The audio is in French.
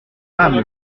femme